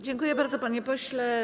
Dziękuję bardzo, panie pośle.